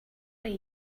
way